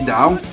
Down